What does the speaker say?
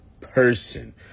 person